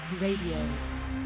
Radio